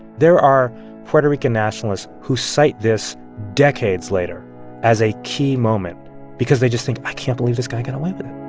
there are puerto rican nationalists who cite this decades later as a key moment because they just think, i can't believe this guy got away with it